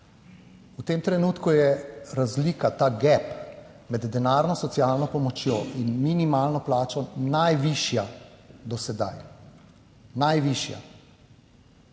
v tem trenutku je razlika ta GEP med denarno socialno pomočjo in minimalno plačo najvišja, do sedaj, najvišja,